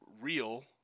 real